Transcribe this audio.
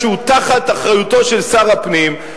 שהוא תחת אחריותו של שר הפנים,